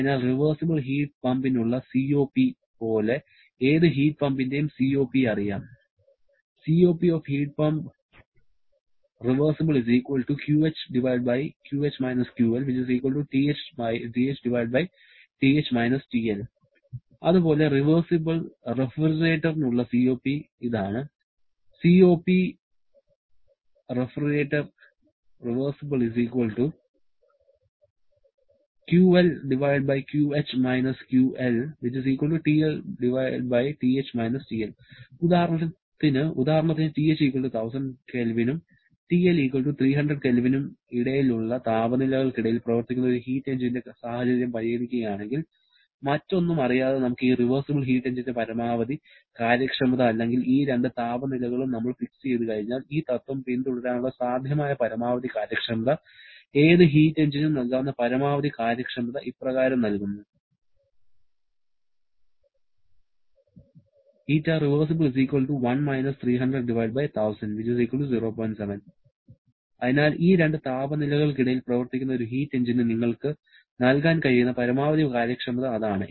അതിനാൽ reversible heat പമ്പിനുള്ള COP പോലെ ഏത് ഹീറ്റ് പമ്പിന്റെയും COP അറിയാം അതുപോലെ റിവേർസിബിൾ റഫ്രിജറേറ്ററിനുള്ള COP ഇതാണ് ഉദാഹരണത്തിന് TH 1000 K നും TL 300 K നും ഇടയിലുള്ള താപനിലകൾക്കിടയിൽ പ്രവർത്തിക്കുന്ന ഒരു ഹീറ്റ് എഞ്ചിന്റെ സാഹചര്യം പരിഗണിക്കുകയാണെങ്കിൽ മറ്റൊന്നും അറിയാതെ നമുക്ക് ഈ റിവേർസിബിൾ ഹീറ്റ് എഞ്ചിന്റെ പരമാവധി കാര്യക്ഷമത അല്ലെങ്കിൽ ഈ രണ്ട് താപനിലകളും നമ്മൾ ഫിക്സ് ചെയ്തു കഴിഞ്ഞാൽ ഈ തത്ത്വം പിന്തുടരാനുള്ള സാധ്യമായ പരമാവധി കാര്യക്ഷമത ഏത് ഹീറ്റ് എഞ്ചിനും നൽകാവുന്ന പരമാവധി കാര്യക്ഷമത ഇപ്രകാരം നല്കുന്നു അതിനാൽ ഈ രണ്ട് താപനിലകൾക്കിടയിൽ പ്രവർത്തിക്കുന്ന ഒരു ഹീറ്റ് എന്ജിന് നിങ്ങൾക്ക് നൽകാൻ കഴിയുന്ന പരമാവധി കാര്യക്ഷമത അതാണ്